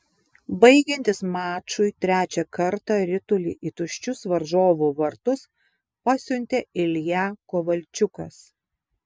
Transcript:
baigiantis mačui trečią kartą ritulį į tuščius varžovų vartus pasiuntė ilja kovalčiukas